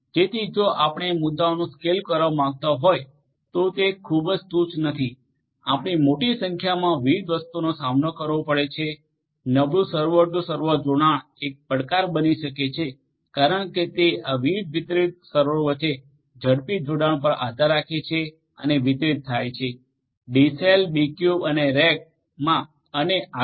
જેથી જો આપણે મુદ્દાઓનું સ્કેલ કરવા માંગતા હોય તો તે ખૂબ જ તુચ્છ નથી આપણે મોટી સંખ્યામાં વિવિધ વસ્તુઓનો સામનો કરવો પડે છે અને નબળુ સર્વર ટુ સર્વર જોડાણ એક પડકાર બની શકે છે કારણ કે તે આ વિવિધ વિતરિત સર્વરો વચ્ચે ઝડપી જોડાણ પર આધાર રાખે છે અને વિતરિત થાય છે ડીસેલ બીક્યુબ અને રેક્સમા અને આગળ